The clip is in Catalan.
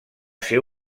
ser